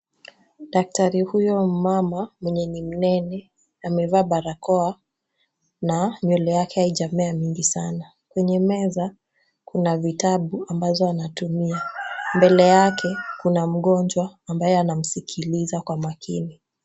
Daktari huyo mumama mwenye ni mnene amevaa barakoa na nywele yake haijamea nyingi sana. Kwenye meza kuna vitabu ambazo anatumia. Mbele yake kuna mgonjwa ambaye anamsikiliza kwa makini.